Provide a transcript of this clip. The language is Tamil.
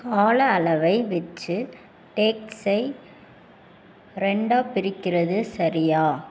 கால அளவை வெச்சு டேக்ஸை ரெண்டாக பிரிக்கிறது சரியா